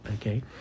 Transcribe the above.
Okay